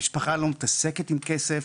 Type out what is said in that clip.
המשפחה לא מתעסקת עם כסף,